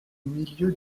milieu